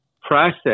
process